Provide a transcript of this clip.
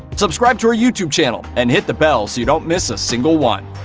subscribe to our youtube channel and hit the bell so you don't miss a single one.